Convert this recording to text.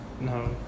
No